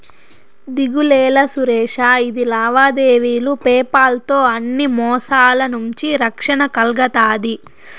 దిగులేలా సురేషా, ఇది లావాదేవీలు పేపాల్ తో అన్ని మోసాల నుంచి రక్షణ కల్గతాది